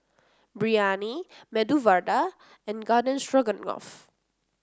Biryani Medu Vada and Garden Stroganoff